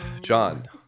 John